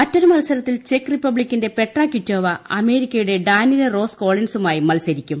മറ്റൊരു മത്സരത്തിൽ ചെക്ക് റിപ്പബ്ലിക്കിന്റെ പെട്ര കിറ്റോവ അമേരിക്കയുടെ ഡാനിലെ റോസ് കോളിൻസുമായി മത്സരിക്കും